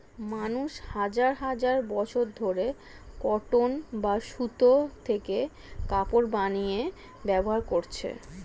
মানুষ হাজার হাজার বছর ধরে কটন বা সুতো থেকে কাপড় বানিয়ে ব্যবহার করছে